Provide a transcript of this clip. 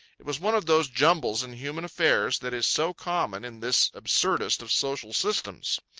it was one of those jumbles in human affairs that is so common in this absurdest of social systems.